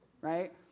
right